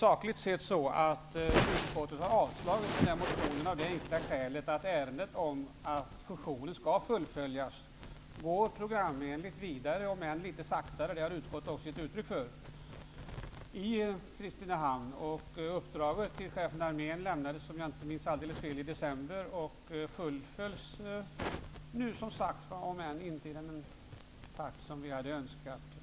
Sakligt sett är det så att utskottet har avstyrkt motionen i fråga, av det enkla skälet att ärendet om att fusionen skall fullföljas i Kristinehamn programenligt går vidare, om än litet sakta. Det har utskottet också gett uttryck för. Uppdraget till Chefen för armén lämnades i december, och det fullföljs nu alltså, om än inte i den takt som vi hade önskat.